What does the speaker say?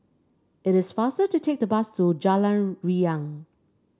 it is faster to take the bus to Jalan Riang